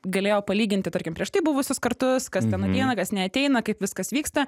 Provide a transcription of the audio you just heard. galėjo palyginti tarkim prieš tai buvusius kartus kas ten ateina kas neateina kaip viskas vyksta